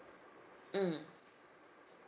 mm